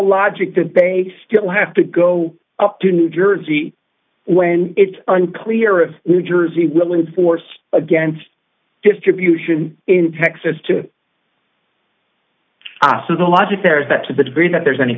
still have to go up to new jersey when it's unclear of new jersey willing to force against distribution in texas to aso the logic there is that to the degree that there's any